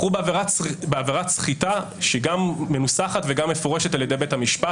בחרו בעבירת סחיטה שגם מנוסחת וגם מפורשת על-ידי בית המשפט,